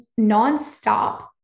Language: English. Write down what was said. nonstop